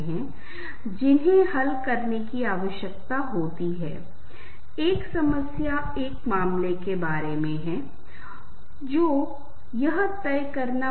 minor chord बहुत बार दुख की भावना को व्यक्त करते हैं और यह कुछ ऐसा है जिसे लगभग सार्वभौमिक रूप से पहचाना गया है